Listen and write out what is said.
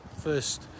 first